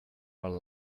our